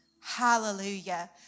Hallelujah